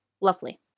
lovely